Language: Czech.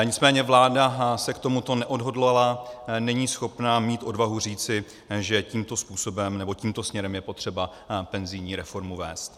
Nicméně vláda se k tomuto neodhodlala, není schopna mít odvahu říci, že tímto způsobem nebo tímto směrem je potřeba penzijní reformu vést.